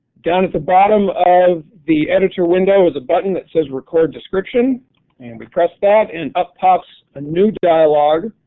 down at the bottom of the editor window is a button that says record description and we press that and up pops a new dialogue.